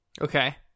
Okay